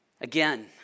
Again